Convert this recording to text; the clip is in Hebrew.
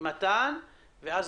מתן בבקשה.